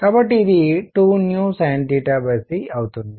కాబట్టి ఇది 2sinc అవుతుంది